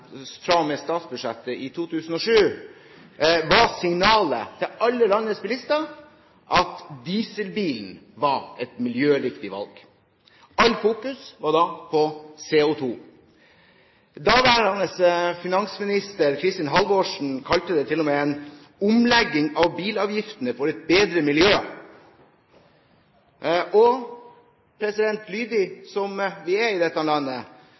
2007 var signalet til alle landets bilister at dieselbilen var et miljøriktig valg. Alt fokus var da på CO2. Daværende finansminister Kristin Halvorsen kalte det til og med en «omlegging av bilavgiftene for et bedre miljø». Lydige som vi er i dette landet,